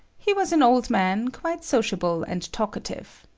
he was an old man, quite sociable and talkative.